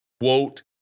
Quote